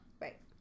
Right